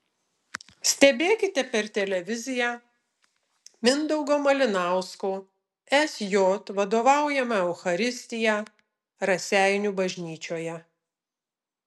stebėkite per televiziją mindaugo malinausko sj vadovaujamą eucharistiją raseinių bažnyčioje